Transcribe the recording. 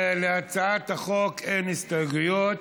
להצעת החוק אין הסתייגויות,